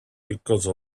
because